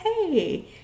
hey